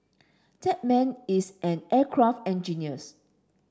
that man is an aircraft engineers